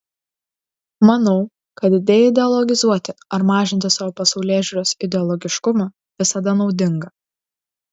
manau kad deideologizuoti ar mažinti savo pasaulėžiūros ideologiškumą visada naudinga